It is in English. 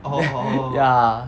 ya